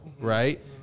right